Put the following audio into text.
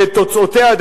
שאת תוצאותיה,